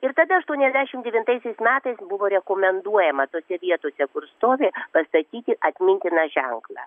ir tada aštuoniasdešim devintaisiais metais buvo rekomenduojama tose vietose kur stovi pastatyti atmintiną ženklą